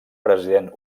president